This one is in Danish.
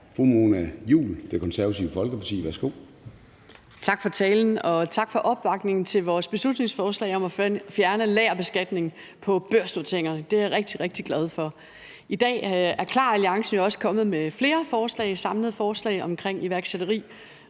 Fru Mona Juul, Det Konservative Folkeparti. Værsgo. Kl. 20:49 Mona Juul (KF): Tak for talen, og tak for opbakningen til vores beslutningsforslag om at fjerne lagerbeskatning på børsnotering; det er jeg rigtig, rigtig glad for. I dag er KLAR-alliancen jo også kommet med flere samlede forslag omkring iværksætteri,